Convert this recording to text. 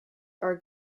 are